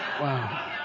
Wow